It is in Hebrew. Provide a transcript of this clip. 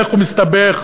הולך ומסתבך.